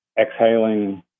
exhaling